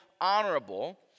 honorable